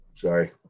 Sorry